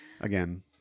Again